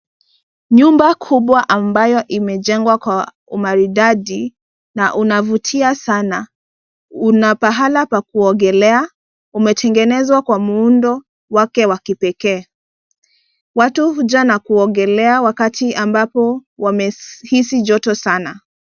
Nyumba kubwa ambayo imejengwa kwa umaridadi na unavutia sana una pahala pa kuogelea, umetengenezwa kwa muundo wake wa kipekee. Watu huja na kuogelea wakati ambapo wamehisi joto sana.